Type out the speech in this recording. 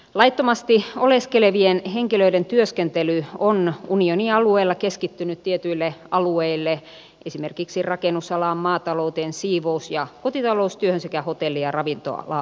laittomasti oleskelevien henkilöiden työskentely on unionin alueella keskittynyt tietyille alueille esimerkiksi rakennusalaan maatalouteen siivous ja kotitaloustyöhön sekä hotelli ja ravintola alalle